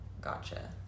gotcha